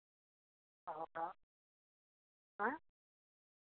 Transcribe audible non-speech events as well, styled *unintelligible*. *unintelligible* आँय